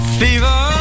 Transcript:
fever